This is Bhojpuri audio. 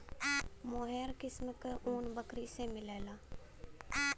मोहेर किस्म क ऊन बकरी से मिलला